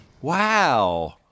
Wow